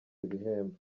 ibihembo